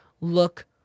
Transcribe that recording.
look